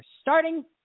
starting